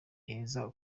heza